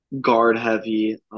guard-heavy